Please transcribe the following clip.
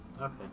Okay